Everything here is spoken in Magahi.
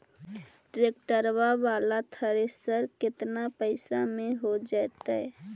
ट्रैक्टर बाला थरेसर केतना पैसा में हो जैतै?